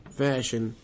fashion